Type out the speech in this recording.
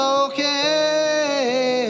okay